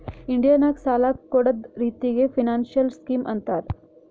India ನಾಗ್ ಸಾಲ ಕೊಡ್ಡದ್ ರಿತ್ತಿಗ್ ಫೈನಾನ್ಸಿಯಲ್ ಸ್ಕೀಮ್ ಅಂತಾರ್